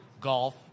Golf